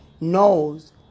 Knows